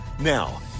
Now